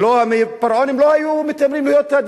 אז כשליהודים היה קשה כאן,